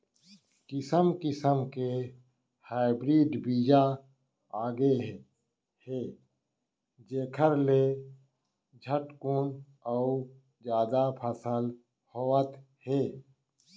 किसम किसम के हाइब्रिड बीजा आगे हे जेखर ले झटकुन अउ जादा फसल होवत हे